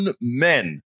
men